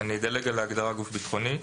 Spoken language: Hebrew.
אני מדלג על ההגדרה גוף ביטחוני.